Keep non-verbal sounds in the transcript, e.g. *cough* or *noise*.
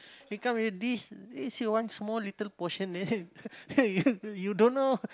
they come already this you see one small little portion *laughs* you don't know